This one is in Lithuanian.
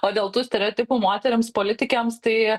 o dėl tų stereotipų moterims politikėms tai